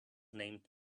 named